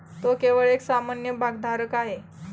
तो केवळ एक सामान्य भागधारक आहे